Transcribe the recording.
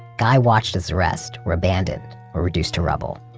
guy watched as the rest were abandoned or reduced to rubble.